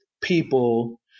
people